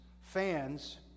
Fans